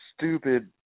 stupid